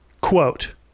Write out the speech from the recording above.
quote